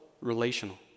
relational